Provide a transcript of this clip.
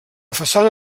façana